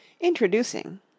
Introducing